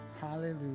Hallelujah